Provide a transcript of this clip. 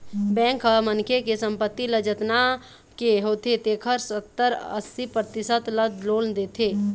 bank ह मनखे के संपत्ति ह जतना के होथे तेखर सत्तर, अस्सी परतिसत ल लोन देथे